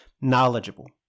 knowledgeable